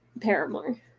Paramore